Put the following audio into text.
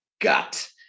gut